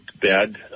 bed